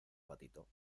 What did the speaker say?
patito